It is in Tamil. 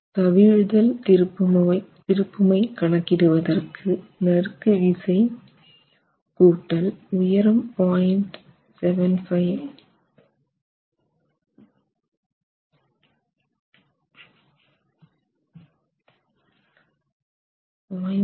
கவிழ்தல் திருப்புமை கணக்கிடுவதற்கு நறுக்கு விசை X உயரம் 0